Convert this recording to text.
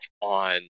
on